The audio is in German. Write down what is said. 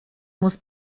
muss